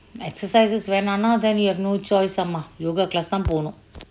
exercises வேணா ணா:vena naa then you have no choice அம்மா:amma yoga class தா போணோம்:tha ponom